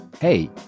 hey